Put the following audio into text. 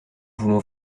voulons